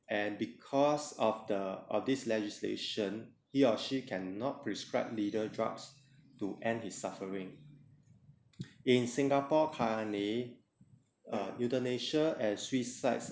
and because of the all these legislation he or she can not prescribe lethal drugs to end his suffering in singapore currently ah euthanasia as suicide